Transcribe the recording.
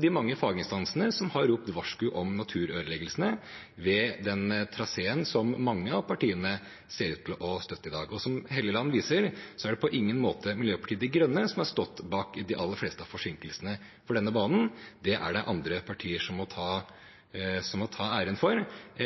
de mange faginstansene som har ropt varsku om naturødeleggelsene ved den traseen som mange av partiene ser ut til å støtte i dag. Som Helleland viser, er det på ingen måte Miljøpartiet De Grønne som har stått bak de aller fleste av forsinkelsene for denne banen – det er det andre partier som må ta æren for.